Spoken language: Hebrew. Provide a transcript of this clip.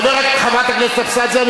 חברת הכנסת אבסדזה,